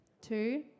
two